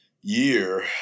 year